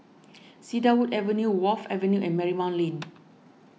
Cedarwood Avenue Wharf Avenue and Marymount Lane